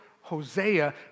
Hosea